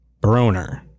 Broner